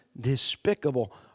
Despicable